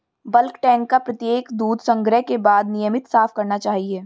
bulk tank को प्रत्येक दूध संग्रह के बाद नियमित साफ करना चाहिए